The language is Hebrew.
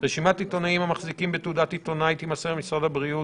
רשימת העיתונאים המחזיקים בתעודת עיתונאי תימסר למשרד הבריאות,